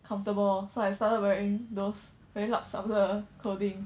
comfortable lor so I started wearing those very lup sup 的 clothing